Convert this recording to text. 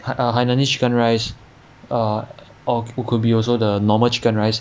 err hainanese chicken rice err or could be also the normal chicken rice